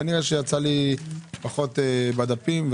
כנראה שיצא לי פחות בדפים.